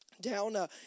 down